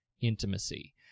intimacy